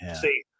See